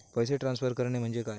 पैसे ट्रान्सफर करणे म्हणजे काय?